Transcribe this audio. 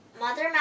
Mother